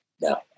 no